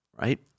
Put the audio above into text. right